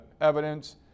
evidence